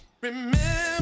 remember